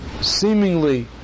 seemingly